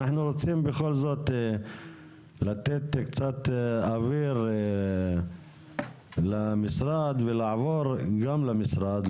אנחנו רוצים בכל זאת לתת קצת אוויר למשרד ונעבור גם למשרד,